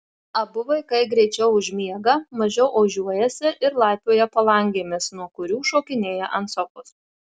abu vaikai greičiau užmiega mažiau ožiuojasi ir laipioja palangėmis nuo kurių šokinėja ant sofos